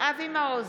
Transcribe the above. אבי מעוז,